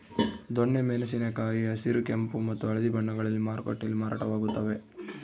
ದೊಣ್ಣೆ ಮೆಣಸಿನ ಕಾಯಿ ಹಸಿರು ಕೆಂಪು ಮತ್ತು ಹಳದಿ ಬಣ್ಣಗಳಲ್ಲಿ ಮಾರುಕಟ್ಟೆಯಲ್ಲಿ ಮಾರಾಟವಾಗುತ್ತವೆ